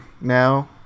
now